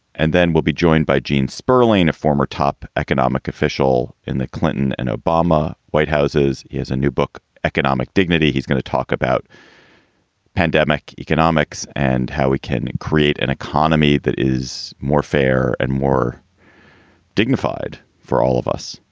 and then we'll be joined by gene sperling, a former top economic official in the clinton and obama white houses, is a new book, economic dignity. he's going to talk about pandemic economics and how he can create an economy that is more fair and more dignified for all of us.